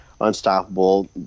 unstoppable